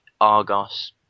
Argos